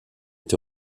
est